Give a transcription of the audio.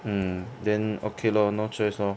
mm then okay lor no choice lor